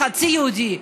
חצי יהודי.